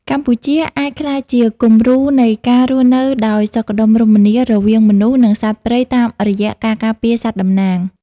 កម្ពុជាអាចក្លាយជាគំរូនៃការរស់នៅដោយសុខដុមរមនារវាងមនុស្ស និងសត្វព្រៃតាមរយៈការការពារសត្វតំណាង។